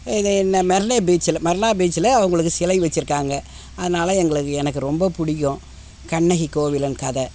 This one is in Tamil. இது என்ன மெரினே பீச்சில் மெரினா பீச்சில் அவங்களுக்கு சிலை வெச்சுருக்காங்க அதனால் எங்களுக்கு எனக்கு ரொம்ப பிடிக்கும் கண்ணகி கோவலன் கதை